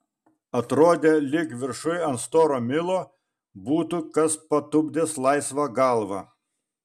atrodė lyg viršuj ant storo milo būtų kas patupdęs laisvą galvą